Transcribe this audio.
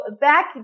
back